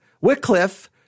Wycliffe